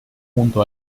junto